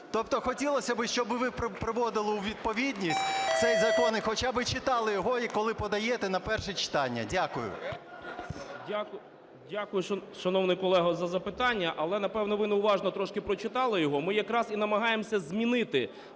Тобто хотілося б, щоб ви приводили у відповідність цей закон і хоча би читали його, коли подаєте на перше читання. Дякую. 11:44:53 ФРІС І.П. Дякую, шановний колега, за запитання. Але, напевно, ви неуважно трошки прочитали його. Ми якраз і намагаємося змінити